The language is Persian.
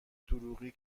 دروغی